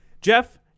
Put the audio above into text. Jeff